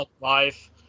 life